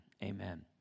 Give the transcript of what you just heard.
Amen